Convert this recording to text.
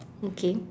okay